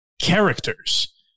Characters